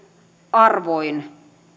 arvoin